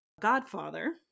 godfather